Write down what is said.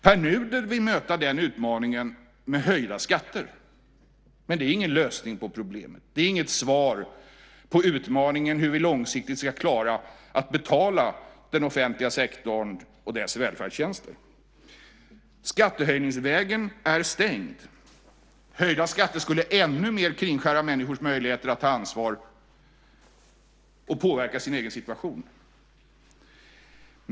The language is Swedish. Pär Nuder vill möta den utmaningen med höjda skatter. Men det är ingen lösning på problemet. Det är inget svar på utmaningen hur vi långsiktigt ska klara att betala den offentliga sektorn och dess välfärdstjänster. Skattehöjningsvägen är stängd. Höjda skatter skulle ännu mer kringskära människors möjligheter att ta ansvar och påverka sin egen situation.